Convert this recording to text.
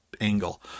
angle